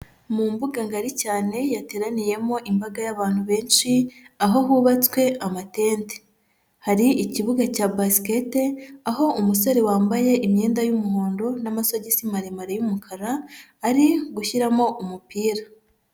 Mu mbuga ngari cyane yateraniyemo imbaga y'abantu benshi, aho hubatswe amatente. Hari ikibuga cya basikete, aho umusore wambaye imyenda y'umuhondo n'amasogisi maremare y'umukara ari gushyiramo umupira.